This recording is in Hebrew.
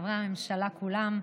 חברי הממשלה כולם,